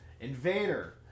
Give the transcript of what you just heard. Invader